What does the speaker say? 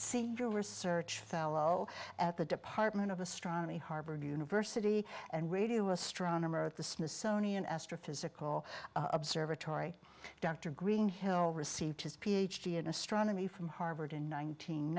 senior research fellow at the department of astronomy harvard university and radio astronomer at the smithsonian astrophysical observatory dr greenhill received his ph d in astronomy from harvard in